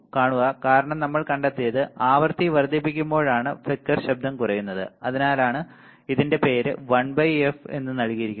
കാണുക കാരണം നമ്മൾ കണ്ടെത്തിയത് ആവൃത്തി വർദ്ധിപ്പിക്കുമ്പോഴാണ് ഫ്ലിക്കർ ശബ്ദം കുറയുന്നത് അതിനാലാണ് ഇതിൻറെ പേര് 1f എന്നു നൽകിയിരിക്കുന്നത്